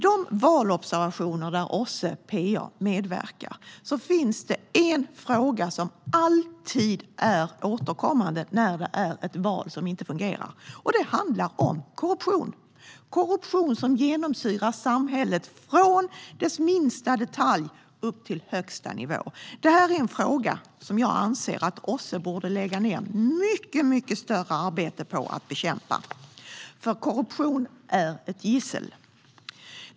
I de valobservationer där OSSE PA medverkar finns en fråga som alltid återkommer när det är ett val som inte fungerar, och det handlar om korruption som genomsyrar samhället från dess minsta detalj upp till högsta nivå. Det är en fråga som jag anser att OSSE borde lägga ned mycket större arbete på att bekämpa, för korruption är ett gissel.